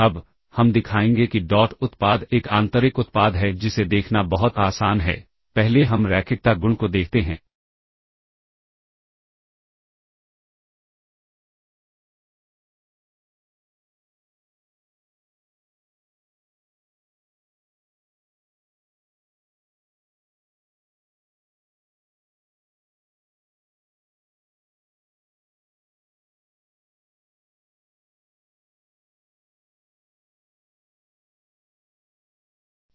अब हम दिखाएंगे कि डॉट उत्पाद एक आंतरिक उत्पाद है जिसे देखना बहुत आसान है पहले हम रैखिकता गुण को देखते हैं